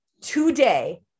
Today